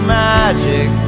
magic